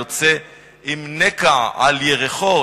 יוצא עם נקע בירכו,